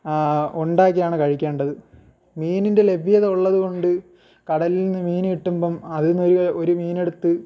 ഉണ്ടാക്കിയാണ് കഴിക്കേണ്ടത് മീനിൻ്റെ ലഭ്യത ഉള്ളതുകൊണ്ട് കടലിൽ നിന്ന് മീന് കിട്ടുമ്പം അതിൽ നിന്നൊരു ഒരു മീനെടുത്ത്